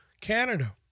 Canada